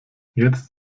jetzt